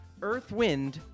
Earthwind